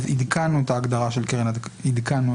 עדכנו את ההגדרה של "קרן עדכנית"